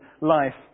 life